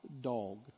dog